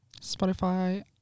Spotify